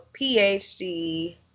PhD